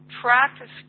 practice